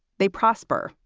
they prosper,